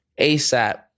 ASAP